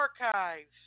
archives